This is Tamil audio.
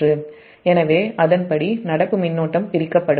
எனவே அதன்படி நடப்பு மின்னோட்டம் பிரிக்கப்படும்